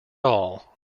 all